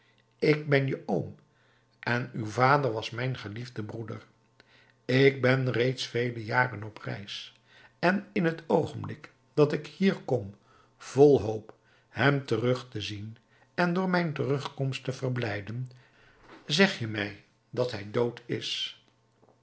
ik ben je oom en uw vader was mijn geliefde broeder ik ben reeds vele jaren op reis en in het oogenblik dat ik hier kom vol hoop hem terug te zien en door mijn terugkomst te verblijden zeg je mij dat hij dood is